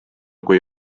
kui